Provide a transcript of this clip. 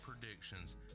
predictions